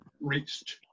reached